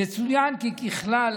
יצוין כי ככלל,